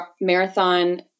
marathon